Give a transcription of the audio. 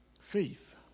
Faith